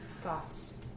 thoughts